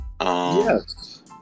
yes